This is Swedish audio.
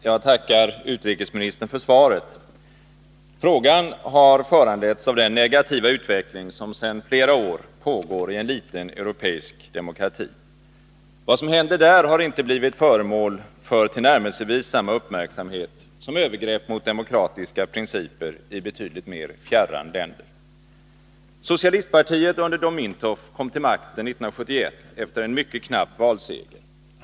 Herr talman! Jag tackar utrikesministern för svaret. Frågan har föranletts av den negativa utveckling som sedan flera år pågår i en liten europeisk demokrati. Vad som händer där har inte blivit föremål för tillnärmelsevis samma uppmärksamhet som övergrepp mot demokratiska principer i betydligt mer fjärran länder. Socialistpartiet under Dom Mintoff kom till makten 1971 efter en mycket knapp valseger.